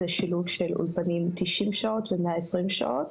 זה שילוב של אולפנים 90 שעות ו-120 שעות.